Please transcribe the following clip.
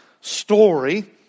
story